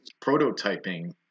prototyping